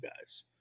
guys